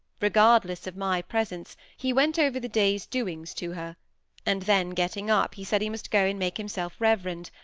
regardless of my presence, he went over the day's doings to her and then, getting up, he said he must go and make himself reverend,